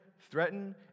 threaten